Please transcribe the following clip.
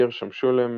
גרשם שלום,